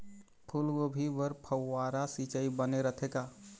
फूलगोभी बर फव्वारा सिचाई बने रथे का?